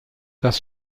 das